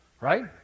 Right